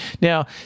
now